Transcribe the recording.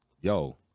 yo